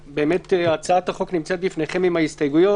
הצעת החוק נמצאת לפניכם עם ההסתייגויות.